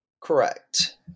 Correct